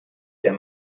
der